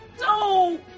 No